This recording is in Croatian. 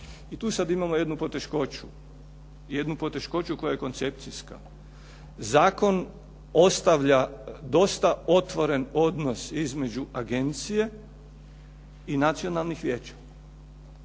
I tu sada imamo jednu poteškoću koja je koncepcijska, zakon ostavlja dosta otvoren odnos između agencija i nacionalnih vijeća.